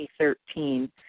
2013